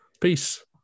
peace